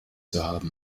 haben